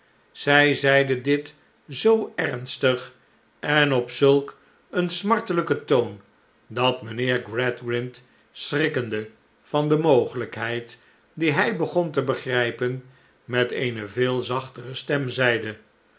zij zeide dit zoo ernstig en op zulk een smartelijken toon dat mijnheer gradgrind schrikkende van de mogelijkheid die hij begon te begrijpen met eene veel zachtere stem zeide